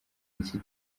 nicyo